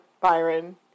Byron